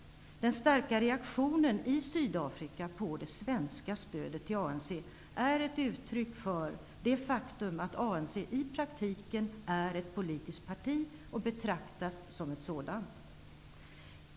Den starka reaktionen i Sydafrika mot det svenska stödet till ANC är ett uttryck för det faktum att ANC i praktiken är ett politiskt parti och betraktas som ett sådant.